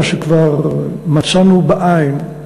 מה שכבר מצאנו בעין,